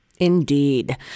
Indeed